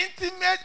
intimate